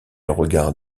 regard